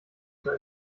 zur